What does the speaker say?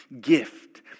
gift